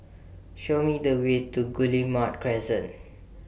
Show Me The Way to Guillemard Crescent